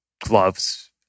gloves